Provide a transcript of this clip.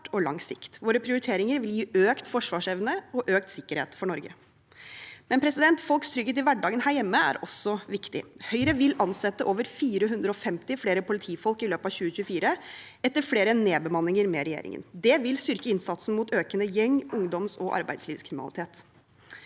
og lang sikt. Våre prioriteringer vil gi økt forsvarsevne og økt sikkerhet for Norge. Folks trygghet i hverdagen her hjemme er også viktig. Høyre vil ansette over 450 flere politifolk i løpet av 2024 etter flere nedbemanninger med regjeringen. Det vil styrke innsatsen mot økende gjeng-, ungdoms- og arbeidslivskriminalitet.